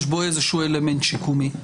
יש בו איזשהו אלמנט שיקומי.